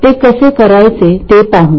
ते कसे करायचे ते पाहू